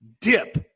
dip